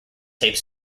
tape